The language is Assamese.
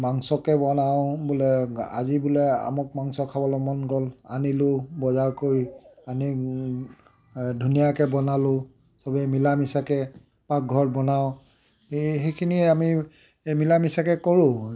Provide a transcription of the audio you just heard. মাংসকে বনাওঁ বোলে আজি বোলে আমুক মাংস খাবলৈ মন গ'ল আনিলোঁ বজাৰ কৰি আনি ধুনীয়াকৈ বনালোঁ চবেই মিলামিচাকৈ পাকঘৰত বনাওঁ এই সেইখিনি আমি এই মিলামিচাকৈ কৰোঁ